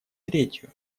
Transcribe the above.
третью